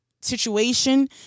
situation